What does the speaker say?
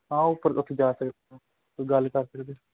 ਹਾਂ ਉਹ ਤਾਂ ਜਾ ਸਕਦੇ ਕੋਈ ਗੱਲ ਕਰ ਸਕਦੇ